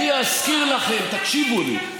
אני אזכיר לכם, תקשיבו לי.